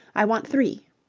i want three.